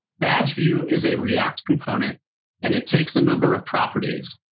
badgeview is a react component and it takes a number of properties,